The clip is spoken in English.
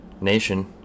Nation